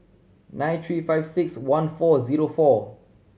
nine three five six one four zero four